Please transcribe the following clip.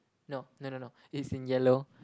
no no no no it's in yellow